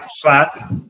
flat